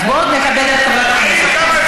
אז בוא נכבד את חברת הכנסת.